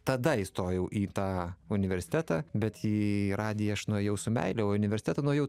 tada įstojau į tą universitetą bet į radiją aš nuėjau su meile o į universitetą nuėjau